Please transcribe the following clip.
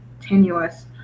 tenuous